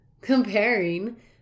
comparing